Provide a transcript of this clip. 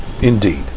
Indeed